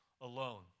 alone